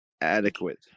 adequate